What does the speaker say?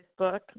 Facebook